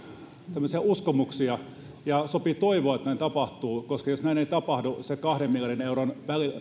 ovat uskomuksia ja sopii toivoa että ne tapahtuvat koska jos näin ei tapahdu kahden miljardin euron